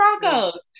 Broncos